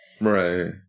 right